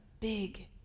big